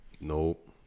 Nope